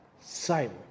silent